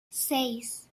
seis